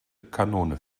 kanone